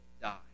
die